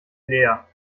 leer